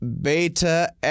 beta